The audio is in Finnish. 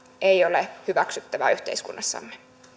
ei ole hyväksyttävää yhteiskunnassamme